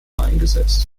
eingesetzt